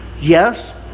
yes